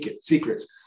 secrets